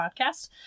Podcast